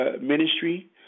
ministry